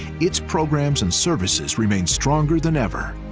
its programs and services remain stronger than ever,